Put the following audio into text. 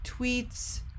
tweets